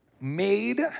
Made